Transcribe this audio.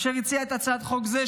אשר הציע את הצעת חוק זו,